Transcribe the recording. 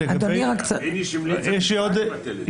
בייניש המליצה בכלל לבטל את זה.